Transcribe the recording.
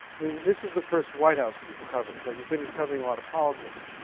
i mean this is the first white house you've covered. but you've been covering a lot of politics.